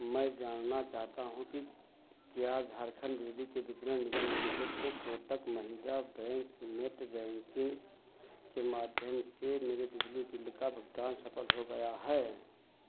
मैं जानना चाहता हूँ कि क्या झारखंड बिजली के वितरण निगम लिमिटेड को Kotak Mahindra bank net banking के माध्यम से मेरे बिजली बिल का भुगतान सफल हो गया है